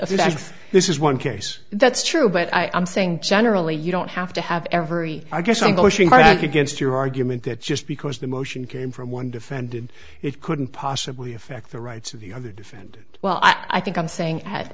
if this is one case that's true but i'm saying generally you don't have to have every i guess i'm going back against your argument that just because the motion came from one defended it couldn't possibly affect the rights of the other defendant well i think i'm saying had